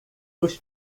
dos